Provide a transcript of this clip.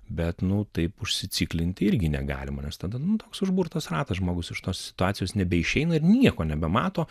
bet nu taip užsiciklinti irgi negalima nes tada toks užburtas ratas žmogus iš tos situacijos nebeišeina ir nieko nebemato